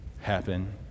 happen